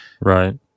Right